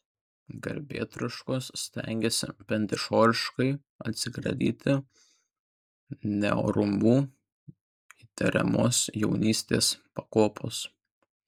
garbėtroškos stengėsi bent išoriškai atsikratyti neorumu įtariamos jaunystės pakopos